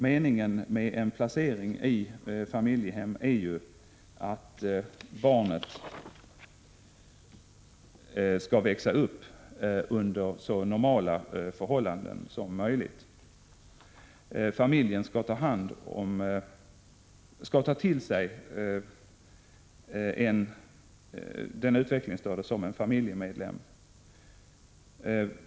Meningen med en placering i familjehem är ju att barnet skall växa upp under så normala förhållanden som möjligt. Familjen skall ta barnet till sig som en familjemedlem.